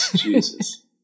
Jesus